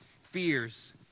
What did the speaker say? fears